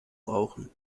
brauchen